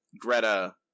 Greta